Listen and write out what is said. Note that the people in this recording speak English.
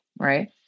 Right